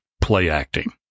play-acting